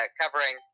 covering